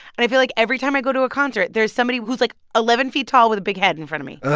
and i feel like every time i go to a concert, there's somebody who's, like, eleven feet tall with a big head in front of me oh,